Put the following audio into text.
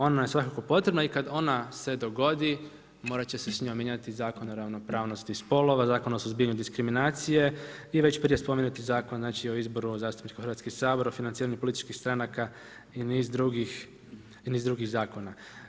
Ona je svakako potrebna i kad ona se dogodi morat će se s njom mijenjati i Zakon o ravnopravnosti spolova, Zakon o suzbijanju diskriminacije i već prije spomenuti Zakon o izboru zastupnika u Hrvatski sabor, o financiranju političkih stranaka i niz drugih zakona.